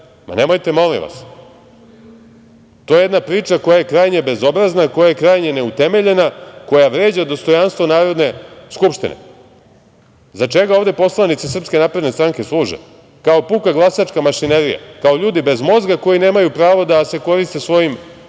Nemojte molim vas. To je jedna priča koja je krajnje bezobrazna, koja je krajnje neutemeljena, koja vređa dostojanstvo Narodne skupštine. Za čega ovde poslanici SNS služe? Kao puka glasačka mašinerija, kao ljudi bez mozga koji nemaju pravo da se koriste svojim